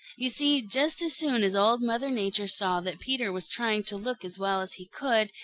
you see, just as soon as old mother nature saw that peter was trying to look as well as he could,